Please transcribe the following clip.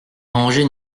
arranger